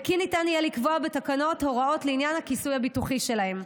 וכי ניתן יהיה לקבוע בתקנות הוראות לעניין הכיסוי הביטוחי שלהם.